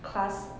class